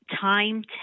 time